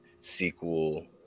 sequel